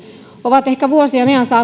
ovat ehkä vuosien ajan